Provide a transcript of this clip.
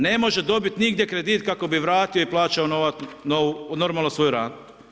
Ne može dobiti nigdje kredit kako bi vratio i plaćao normalno svoju ratu.